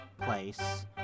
place